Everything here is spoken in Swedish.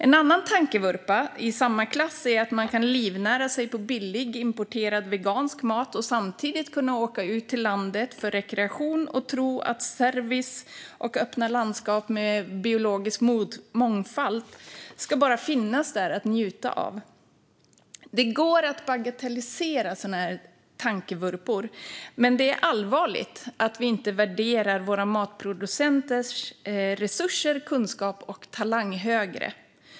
En annan tankevurpa i samma klass är att man kan livnära sig på billig importerad vegansk mat och samtidigt kan åka ut till landet för rekreation och tro att service och öppna landskap med biologisk mångfald bara ska finnas där att njuta av. Det går att bagatellisera sådana här tankevurpor, men det är allvarligt att vi inte värderar våra matproducenters resurser, kunskap och talang högre.